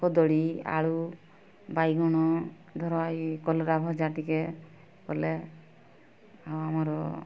କଦଳୀ ଆଳୁ ବାଇଗଣ ଧର ଏଇ କଲରା ଭଜା ଟିକେ ବୋଲେ ଆଉ ଆମର